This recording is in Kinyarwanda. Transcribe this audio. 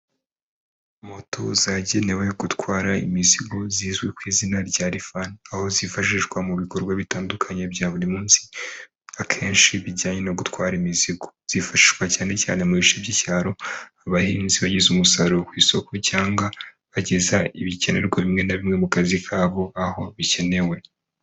Moto zagenewe gutwara imizigo zizwi ku izina rya rifani, aho zifashishwa mu bikorwa bitandukanye bya buri munsi akenshi bijyanye no gutwara imizigo, zifashishwa cyane cyane mu bice by'icyaro abahinzi bageza umusaruro ku isoko cyangwa bageza ibikenerwa bimwe na bimwe mu kazi kabo aho bikenewe.